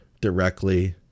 directly